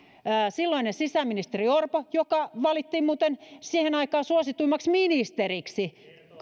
silloinen sisäministeri orpo joka valittiin muuten siihen aikaan suosituimmaksi ministeriksi